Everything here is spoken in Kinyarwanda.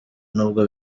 n’ubwo